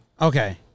Okay